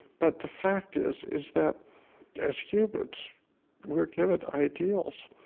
but the fact is, is that as humans, we're given ideals.